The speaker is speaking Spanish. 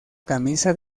camisa